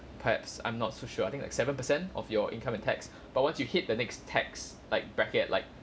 perhaps I'm not so sure I think like seven percent of your income and tax but once you hit the next tax like bracket like